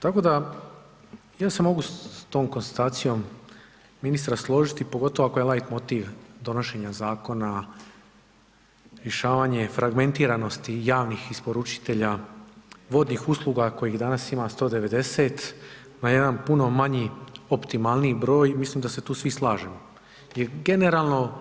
Tako da ja se mogu s tom konstatacijom ministra složiti, pogotovo ako je lajtmotiv donošenja Zakona rješavanje fragmentiranosti javnih isporučitelja vodnih usluga kojih danas ima 190 na jedan puno manji optimalniji broj, mislim da se tu svi slažemo, jer generalno